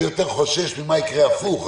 אני יותר חושש ממה יקרה הפוך,